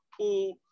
pool